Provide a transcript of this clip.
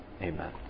Amen